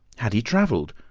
had he travelled?